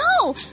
No